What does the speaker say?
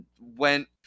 went